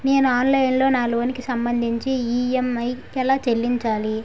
నేను ఆన్లైన్ లో నా లోన్ కి సంభందించి ఈ.ఎం.ఐ ఎలా చెల్లించాలి?